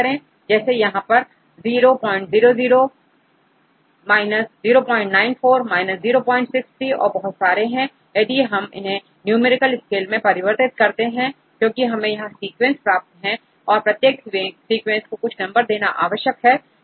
तो जैसे यहां कई नंबर000 094 063 और बहुत सारे हैं यदि हम इन्हें न्यूमेरिकल स्केल मैं परिवर्तित करते हैं क्योंकि हमें यहां सीक्वेंस प्राप्त है और प्रत्येक सीक्वेंस को कुछ नंबर देना आवश्यक है